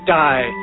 die